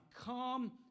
come